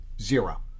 Zero